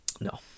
No